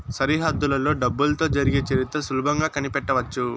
సరిహద్దులలో డబ్బులతో జరిగే చరిత్ర సులభంగా కనిపెట్టవచ్చు